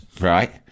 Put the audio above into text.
right